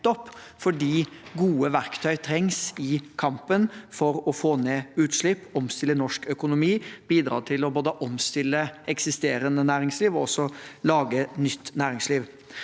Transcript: fordi gode verktøy trengs i kampen for å få ned utslipp, omstille norsk økonomi og bidra til å både omstille eksisterende næringsliv og også lage nytt næringsliv.